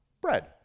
bread